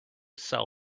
sell